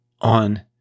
on